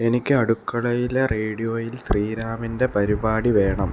എനിക്ക് അടുക്കളയിലെ റേഡിയോയിൽ ശ്രീറാമിൻ്റെ പരിപാടി വേണം